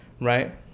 right